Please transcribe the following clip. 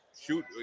shoot